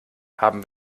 haben